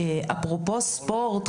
אפרופו ספורט,